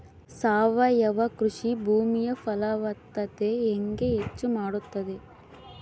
ಸಾವಯವ ಕೃಷಿ ಭೂಮಿಯ ಫಲವತ್ತತೆ ಹೆಂಗೆ ಹೆಚ್ಚು ಮಾಡುತ್ತದೆ?